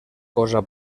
cosa